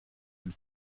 den